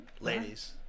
Ladies